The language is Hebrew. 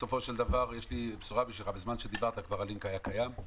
יש לי בשורה, בזמן שדיברת הלינק כבר היה קיים.